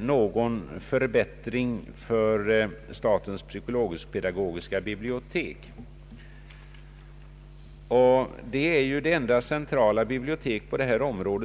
någon förbättring för statens psykologisk-pedagogiska bibliotek, som är det enda centrala biblioteket på detta område.